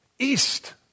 East